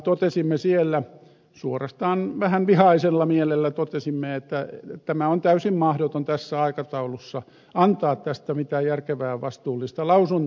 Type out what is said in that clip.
totesimme siellä suorastaan vähän vihaisella mielellä totesimme että on täysin mahdotonta tässä aikataulussa antaa tästä mitään järkevää vastuullista lausuntoa